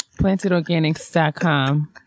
Plantedorganics.com